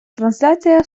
трансляція